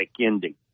ending